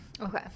Okay